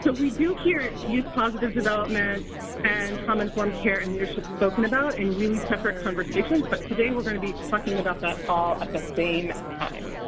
we do hear youth positive development and trauma-informed care and leadership spoken about in really separate conversations, but today we're going to be talking about that all at the same time.